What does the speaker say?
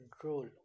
control